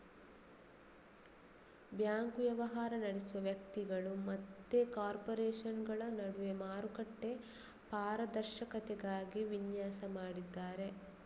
bank ವ್ಯವಹಾರ ನಡೆಸುವ ವ್ಯಕ್ತಿಗಳು ಮತ್ತೆ ಕಾರ್ಪೊರೇಷನುಗಳ ನಡುವೆ ಮಾರುಕಟ್ಟೆ ಪಾರದರ್ಶಕತೆಗಾಗಿ ವಿನ್ಯಾಸ ಮಾಡಿದ್ದಾರೆ